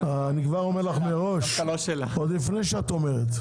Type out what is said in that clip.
אני כבר אומר לך מראש כבר לפני שאת אומרת,